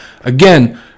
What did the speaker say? Again